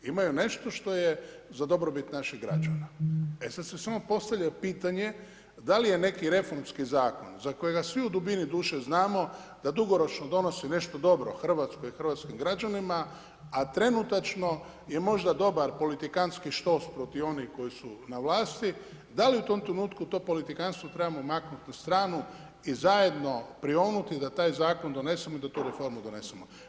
Imaju nešto što je za dobrobit naših građana, sad se samo postavlja pitanje da li je neki reformski zakon, za kojega svi u dubini duše znamo da dugoročno donosi nešto dobro Hrvatskoj i hrvatskim građanima, a trenutačno je možda dobar politikantski štos protiv onih koji su na vlasti, da li u tom trenutku to politikantstvo trebamo maknuti na stranu i zajedno prionuti da taj zakon donesemo i da tu reformu donesemo?